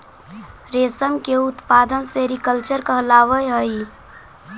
रेशम के उत्पादन सेरीकल्चर कहलावऽ हइ